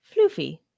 floofy